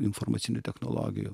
informacinių technologijų